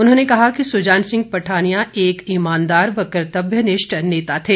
उन्होंने कहा कि सुजान सिंह पठानिया एक ईमानदार व कर्तव्यनिष्ठ नेता थे